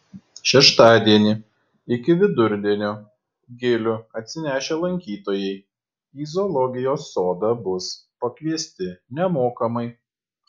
šeštadienį iki vidurdienio gilių atsinešę lankytojai į zoologijos sodą bus pakviesti nemokamai